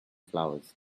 flowers